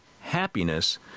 happiness